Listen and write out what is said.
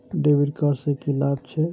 डेविट कार्ड से की लाभ छै?